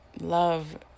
Love